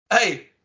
Hey